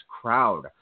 crowd